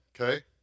Okay